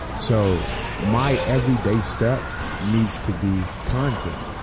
so my everyday step needs to be content.